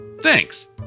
Thanks